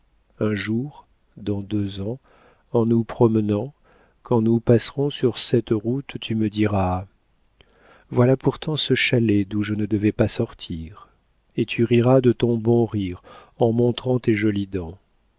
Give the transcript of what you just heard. un jour dans deux ans en nous promenant quand nous passerons sur cette route tu me diras voilà pourtant ce chalet d'où je ne devais pas sortir et tu riras de ton bon rire en montrant tes jolies dents